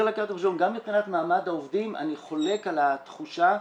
גם מבחינת מעמד העובדים אני חולק על התחושה.